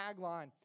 tagline